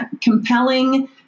compelling